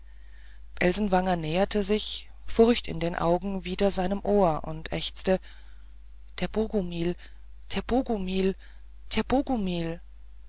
elsenwanger näherte sich furcht in den augen wieder seinem ohr und ächzte der